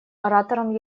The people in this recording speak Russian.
оратором